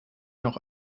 noch